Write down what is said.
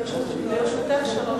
לרשותך שלוש